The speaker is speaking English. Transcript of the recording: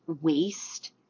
waste